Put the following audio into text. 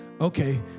okay